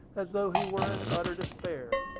as though he were in utter despair.